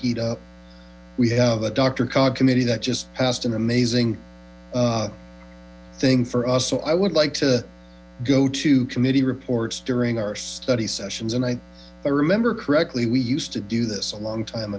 up we have a doctor called committee that just passed an amazing thing for us so i would like to go to committee reports during our study sessions and i remember correctly we used to do this a long time